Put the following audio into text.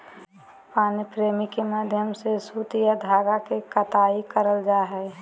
पानी फ्रेम के माध्यम से सूत या धागा के कताई करल जा हय